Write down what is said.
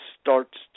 starts